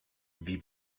wie